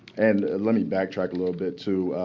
and let me backtrack a little bit, too.